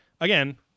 again